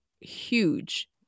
huge